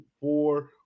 four